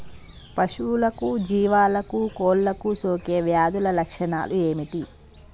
పశువులకు జీవాలకు కోళ్ళకు సోకే వ్యాధుల లక్షణాలు ఏమిటి?